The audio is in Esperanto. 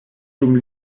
dum